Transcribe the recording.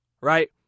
Right